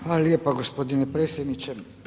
Hvala lijepa gospodine predsjedniče.